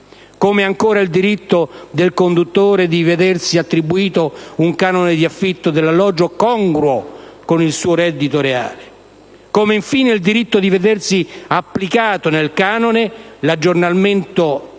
di *handicap*; il diritto del conduttore di vedersi attribuito un canone di affitto dell'alloggio congruo con il suo reddito reale; il diritto, infine, di vedersi applicato nel canone l'aggiornamento annuale